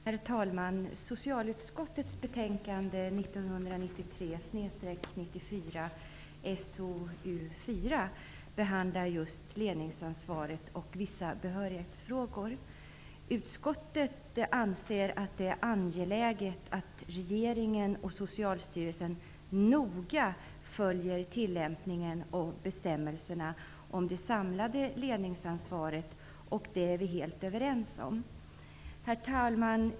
Herr talman! Socialutskottets betänkande 1993/94:SoU4 behandlar just ledningsansvaret och vissa behörighetsfrågor. Utskottet anser att det är angeläget att regeringen och Socialstyrelsen noga följer tillämpningen av bestämmelserna om det samlade ledningsansvaret. Det är vi helt överens om. Herr talman!